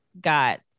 got